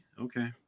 okay